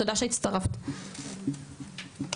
תודה שהצטרפת טל.